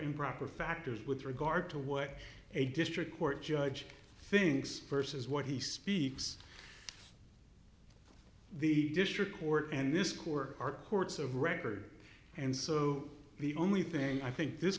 improper factors with regard to what a district court judge thinks vs what he speaks the district court and this corps are courts of record and so the only thing i think this